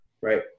right